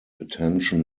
attention